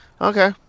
Okay